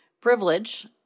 privilege